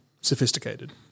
sophisticated